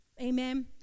amen